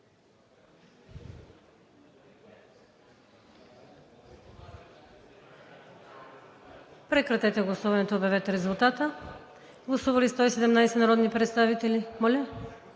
прекратете гласуването и обявете резултата. Гласували 101 народни представители, за